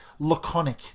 laconic